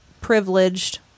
privileged